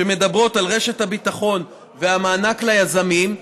שמדברות על רשת הביטחון והמענק ליזמים,